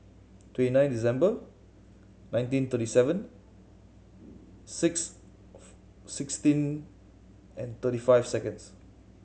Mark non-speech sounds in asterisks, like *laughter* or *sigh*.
twenty nine December nineteen thirty seven six *unintelligible* sixteen and thirty five seconds